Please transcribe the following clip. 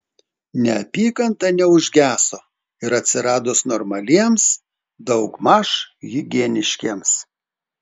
neapykanta neužgeso ir atsiradus normaliems daugmaž higieniškiems